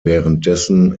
währenddessen